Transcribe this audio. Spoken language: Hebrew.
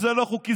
זה לא חוקי.